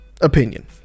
Opinion